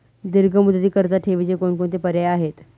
दीर्घ मुदतीकरीता ठेवीचे कोणकोणते पर्याय आहेत?